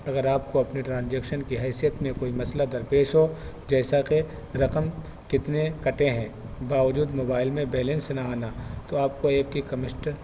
اگر آپ کو اپنی ٹرانجیکشن کی حیثیت میں کوئی مسئلہ درپیش ہو جیسا کہ رقم کتنے کٹے ہیں باوجود موبائل میں بیلنس نہ آنا تو آپ کو ایک